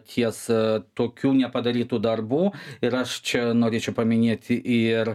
ties tokių nepadarytų darbų ir aš čia norėčiau paminėti ir